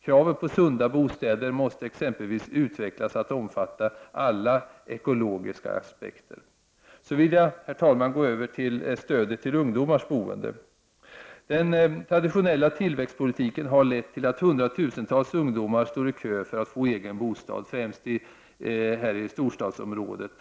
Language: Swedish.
Kravet på sunda bostäder måste exempelvis utvecklas till att omfatta alla ekologiska aspekter. Så vill jag, herr talman, gå över till stödet till ungdomars boende. Den traditionella tillväxtpolitiken har lett till till att hundratusentals ungdomar står i kö för att få egen bostad, främst i storstadsområden.